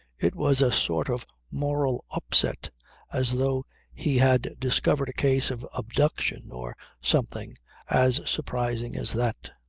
it was a sort of moral upset as though he had discovered a case of abduction or something as surprising as that.